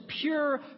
pure